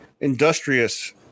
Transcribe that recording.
industrious